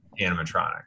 animatronic